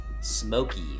Smoky